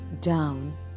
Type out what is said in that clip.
down